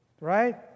right